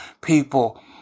people